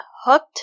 hooked